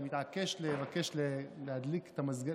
על התקשורת שמאתרגת כל כך?